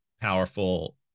powerful